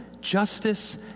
justice